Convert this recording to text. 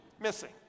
missing